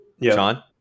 John